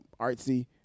artsy